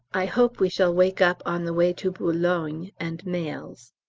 i hope we shall wake up on the way to boulogne and mails.